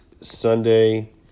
Sunday